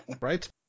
right